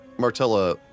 Martella